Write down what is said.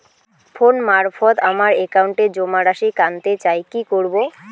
Phone মারফত আমার একাউন্টে জমা রাশি কান্তে চাই কি করবো?